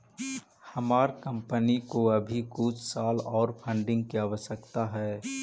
हमार कंपनी को अभी कुछ साल ओर फंडिंग की आवश्यकता हई